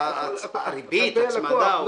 ההצמדה.